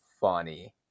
funny